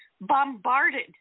bombarded